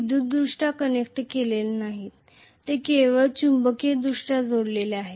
ते विद्युतदृष्ट्या कनेक्ट केलेले नाहीत ते केवळ चुंबकीयदृष्ट्या जोडलेले आहेत